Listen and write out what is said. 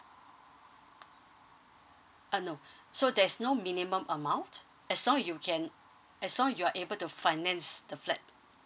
uh no so there's no minimum amount as long you can as long you are able to finance the flat